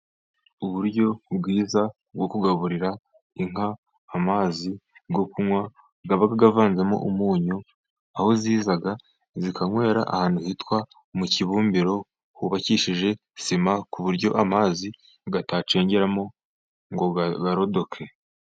Uburyo bwiza bwo kugaburira inka amazi yo kunywa aba avanzemo umunyu, aho ziza zikanywera ahantu hitwa mu kibumbiro hubakishije sima ku buryo amazi ngo atacengeramo ngo arodoke.